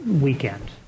weekend